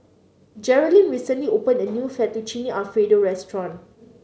Jerilynn recently opened a new Fettuccine Alfredo Restaurant